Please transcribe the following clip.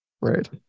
Right